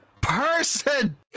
person